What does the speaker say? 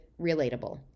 Relatable